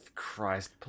Christ